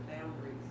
boundaries